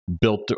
built